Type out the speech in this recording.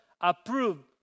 approved